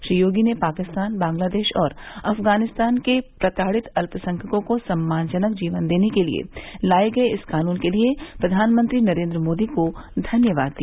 श्री योगी ने पाकिस्तान बांग्लादेश और अफगानिस्तान के प्रताड़ित अल्पसंख्यकों को सम्मानजनक जीवन देने के लिए लाए गए इस कानून के लिए प्रधानमंत्री नरेंद्र मोदी को धन्यवाद दिया